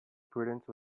prudence